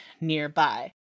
nearby